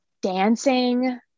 dancing